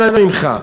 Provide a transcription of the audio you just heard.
אנא ממך,